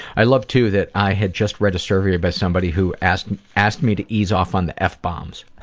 i love too that i had just read a survey about somebody who asked and asked me to ease off on the f-bombs.